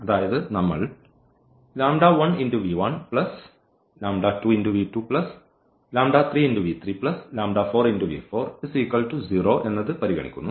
അതായത് നമ്മൾ പരിഗണിക്കുന്നു